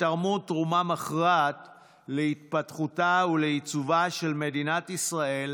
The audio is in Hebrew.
ותרמו תרומה מכרעת להתפתחותה ולעיצובה של מדינת ישראל